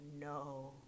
no